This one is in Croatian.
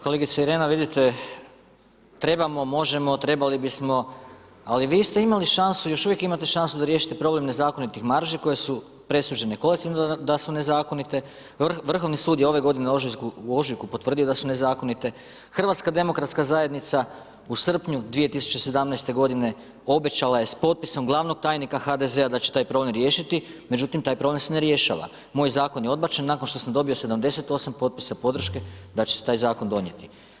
Kolegice Irena, vidite, trebamo, možemo, trebali bismo, ali vi ste imali šansu, još uvijek imate šansu da riješite problem nezakonitih marži koje su presuđene kolektivno da su nezakonite, Vrhovni sud je ove godine u ožujku potvrdio da su nezakonite, HDZ u srpnju 2017. g. obećala je s potpisom glavnog tajnika HDZ-a da će taj problem riješiti međutim taj problem se ne rješava, moj zakon je odbačen nakon što sam dobio 78 potpisa podrške da će se taj zakon donijeti.